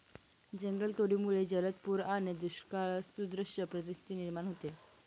जंगलतोडीमुळे जलद पूर आणि दुष्काळसदृश परिस्थिती निर्माण होते